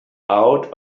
out